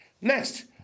Next